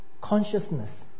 consciousness